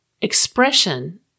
expression